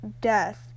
death